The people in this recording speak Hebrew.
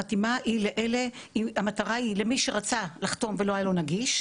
החתימה היא לאלה שהמטרה למי שרצה לחתום ולא היה לו נגיש,